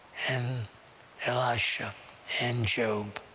and elisha and job.